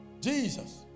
Jesus